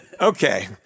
Okay